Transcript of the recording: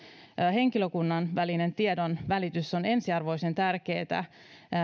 henkilökunnan välinen tiedonvälitys on ensiarvoisen tärkeätä